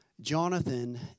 Jonathan